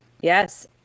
Yes